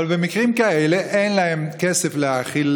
אבל במקרים כאלה אין להם כסף להאכיל,